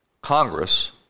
Congress